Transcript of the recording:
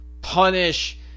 punish